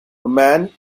man